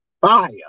fire